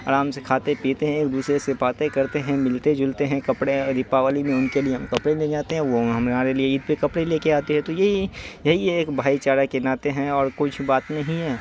آرام سے کھاتے پیتے ہیں ایک دوسرے سے باتیں کرتے ہیں ملتے جلتے ہیں کپڑے دیپاولی میں ان کے لیے ہم کپڑے لے جاتے ہیں وہ ہمارے لیے عید پہ کپڑے لے کے آتے ہیں تو یہی یہی ایک بھائی چارہ کے ناطے ہیں اور کچھ بات نہیں ہے